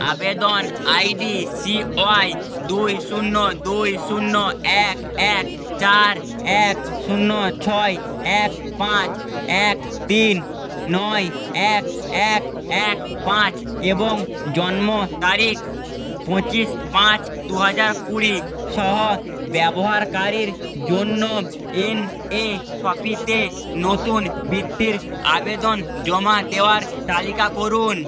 আবেদন I D C Y দুই শূন্য দুই শূন্য এক এক চার এক শূন্য ছয় এক পাঁচ এক তিন নয় এক এক এক পাঁচ এবং জন্ম তারিখ পঁচিশ পাঁচ দু হাজার কুড়ি সহ ব্যবহারকারীর জন্য এন এস পিতে নতুন বৃত্তির আবেদন জমা দেওয়ার তালিকা করুন